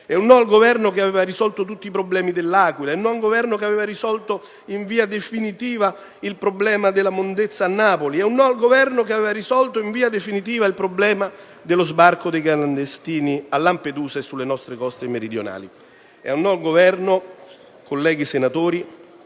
È un no al Governo che aveva risolto tutti i problemi dell'Aquila; è un no al Governo che aveva risolto in via definitiva il problema della "munnezza" a Napoli. È un al Governo che aveva risolto in via definitiva il problema dello sbarco dei clandestini a Lampedusa e sulle nostre coste meridionali. È un no al Governo, colleghi senatori,